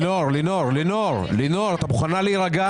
לינור, לינור, את מוכנה להירגע?